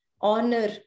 honor